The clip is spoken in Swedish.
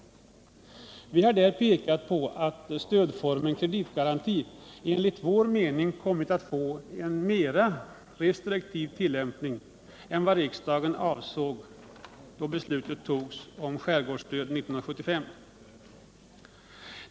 Vi har pekat på att stödformen kreditgaranti enligt vår åsikt kommit att få en mera restriktiv tillämpning än vad riksdagen avsåg då beslutet om skärgårdsstöd fattades 1975.